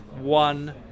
one